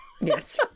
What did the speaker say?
Yes